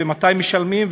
ומתי משלמים,